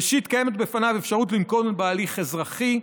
ראשית, קיימת בפניו אפשרות לנקוט הליך אזרחי,